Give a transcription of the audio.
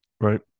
right